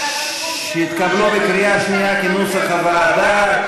147 התקבלו בקריאה שנייה כנוסח הוועדה.